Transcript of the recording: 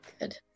Good